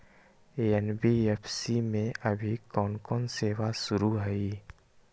NBFC में अभी कोन कोन सेवा शुरु हई?